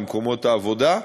במקומות העבודה,